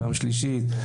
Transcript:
פעם שלישית,